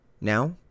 Now